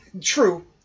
True